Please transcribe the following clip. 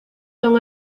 son